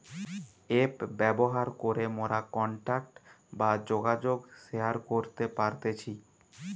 app ব্যবহার করে মোরা কন্টাক্ট বা যোগাযোগ শেয়ার করতে পারতেছি